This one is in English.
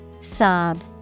Sob